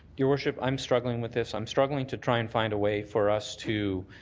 your worship, i'm struggling with this. i'm struggling to try and find a way for us to